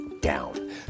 down